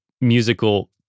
musical